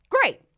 Great